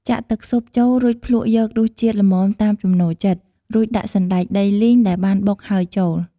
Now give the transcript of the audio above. ចាក់ទឹកស៊ុបចូល រួចភ្លក្សយករសជាតិល្មមតាមចំណូលចិត្ត រួចដាក់សណ្តែកដីលីងដែលបានបុកហើយចូល។